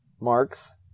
Marks